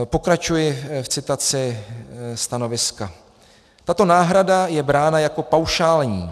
Pokračuji v citaci stanoviska: Tato náhrada je brána jako paušální.